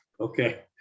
Okay